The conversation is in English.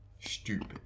stupid